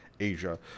asia